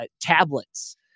tablets